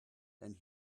and